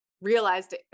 realized